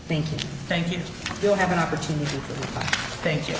thank you thank you will have an opportunity to thank you